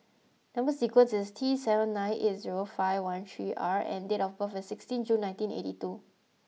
number sequence is T seven nine eight zero five one three R and date of birth is sixteen June nineteen eighty two